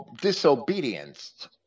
disobedience